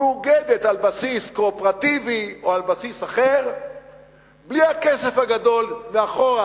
מאוגדת על בסיס קואופרטיבי או על בסיס אחר בלי הכסף הגדול מאחורה,